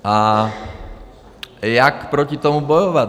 A jak proti tomu bojovat?